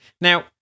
Now